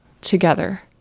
together